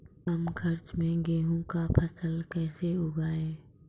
कम खर्च मे गेहूँ का फसल कैसे उगाएं?